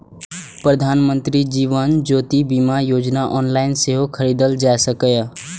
प्रधानमंत्री जीवन ज्योति बीमा योजना ऑनलाइन सेहो खरीदल जा सकैए